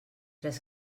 tres